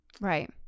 right